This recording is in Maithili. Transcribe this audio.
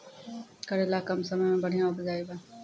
करेला कम समय मे बढ़िया उपजाई बा?